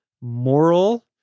moral